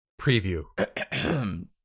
Preview